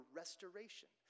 restoration